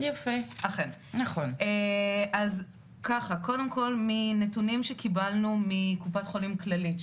קודם כל מנתונים שקיבלנו מקופת חולים כללית,